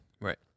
Right